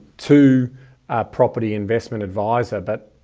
to a property investment advisor. but